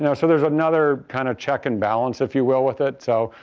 you know so there's another kind of check and balance if you will with it. so,